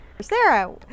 Sarah